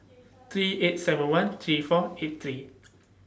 three eight seven one three four eight three